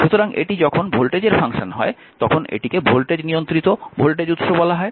সুতরাং এটি যখন ভোল্টেজের ফাংশন হয় তখন এটিকে ভোল্টেজ নিয়ন্ত্রিত ভোল্টেজ উৎস বলা হয়